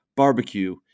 barbecue